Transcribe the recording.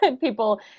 People